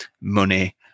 money